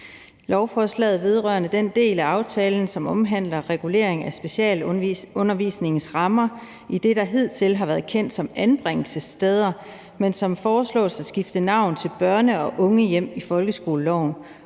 Lovforslaget vedrører den del af aftalen, som omhandler regulering af specialundervisningens rammer i det, der hidtil har været kendt som anbringelsessteder, men som foreslås at skifte navn til børne- og ungehjem i folkeskoleloven,